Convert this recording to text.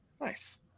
Nice